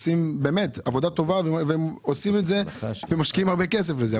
הם עושים עבודה טובה ומשקיעים הרבה כסף בזה,